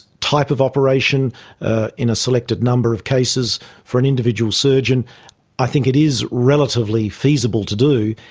type of operation ah in a selected number of cases for any individual surgeon i think it is relatively feasible to do.